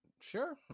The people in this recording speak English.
sure